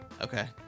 Okay